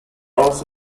also